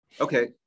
Okay